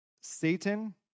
Satan